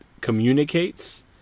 communicates